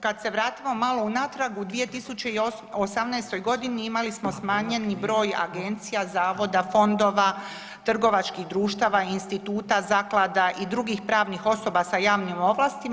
Kad se vratimo malo unatrag u 2018. g. imali smo smanjeni broj agencija, zavoda, fondova, trgovačkih društava, instituta, zaklada i drugih pravnih osoba sa javnim ovlastima.